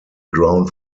ground